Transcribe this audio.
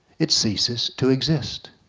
it ceases to exist,